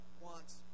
wants